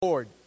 Lord